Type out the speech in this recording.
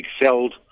excelled